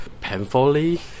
painfully